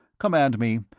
command me.